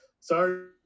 sorry